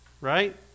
Right